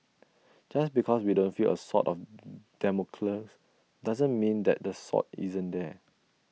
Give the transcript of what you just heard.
just because we don't feel A sword of Damocles doesn't mean that the sword isn't there